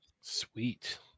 sweet